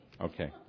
Okay